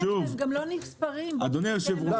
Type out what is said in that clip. הם גם לא נספרים --- לא,